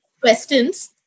questions